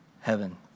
heaven